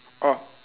orh